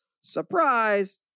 surprise